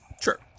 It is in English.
sure